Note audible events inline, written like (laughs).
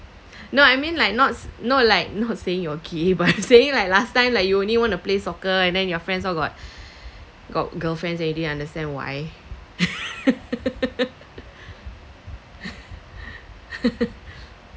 no I mean like not not like not saying you're gay but (laughs) saying like last time like you only want to play soccer and then your friends all got (breath) got girlfriends already understand why (laughs)